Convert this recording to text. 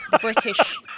British